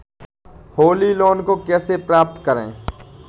Holi loan को कैसे प्राप्त करें?